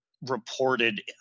reported